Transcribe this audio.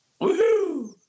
Woohoo